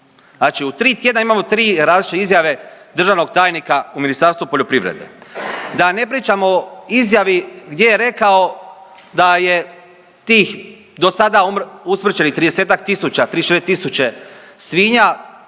Znači u tri tjedna imamo tri različite izjave državnog tajnika u Ministarstvu poljoprivrede, da ne pričamo o izjavi gdje je rekao da je tih do sada usmrćenih 30-ak tisuća, 34.000 svinja